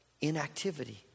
inactivity